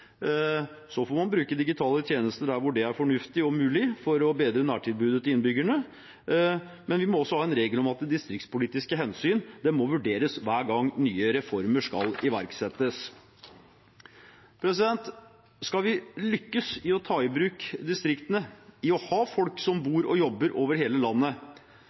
får bruke digitale tjenester der det er fornuftig og mulig for å bedre nærtilbudet til innbyggerne, men vi må ha en regel om at distriktspolitiske hensyn må vurderes hver gang nye reformer skal iverksettes. Skal vi lykkes i å ta i bruk distriktene, i å ha folk som bor og jobber over hele landet,